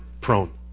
prone